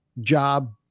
job